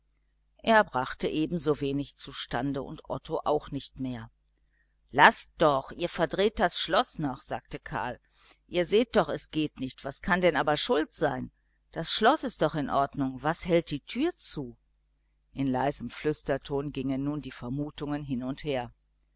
er brachte ebensowenig zustande und otto nicht mehr laßt doch ihr verdreht das schloß noch sagte karl ihr seht doch es geht nicht was kann denn aber schuld sein das schloß ist doch in ordnung was hält die türe zu in leisem flüsterton gingen nun die vermutungen hin und her